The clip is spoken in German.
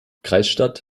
kreisstadt